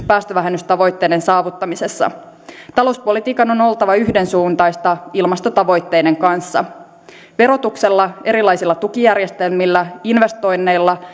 päästövähennystavoitteiden saavuttamisessa talouspolitiikan on oltava yhdensuuntaista ilmastotavoitteiden kanssa verotuksella erilaisilla tukijärjestelmillä investoinneilla